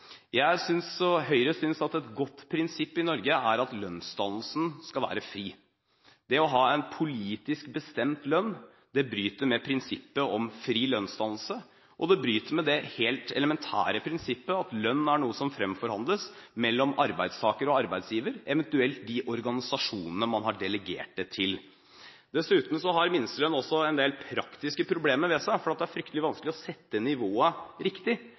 Jeg og Høyre synes at et godt prinsipp i Norge er at lønnsdannelsen skal være fri. Det å ha en politisk bestemt lønn bryter med prinsippet om fri lønnsdannelse, og det bryter med det helt elementære prinsippet om at lønn er noe som fremforhandles mellom arbeidstaker og arbeidsgiver, eventuelt mellom de organisasjonene man har delegert dette arbeidet til. Minstelønn har dessuten en del praktiske problemer ved seg, fordi det er fryktelig vanskelig å sette nivået riktig.